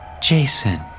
Jason